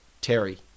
Terry